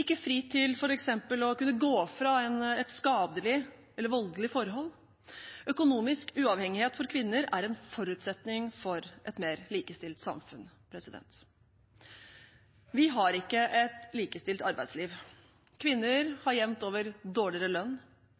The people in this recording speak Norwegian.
ikke fri til f.eks. å kunne gå fra et skadelig eller voldelige forhold. Økonomisk uavhengighet for kvinner er en forutsetning for et mer likestilt samfunn. Vi har ikke et likestilt arbeidsliv. Kvinner har jevnt over dårligere lønn.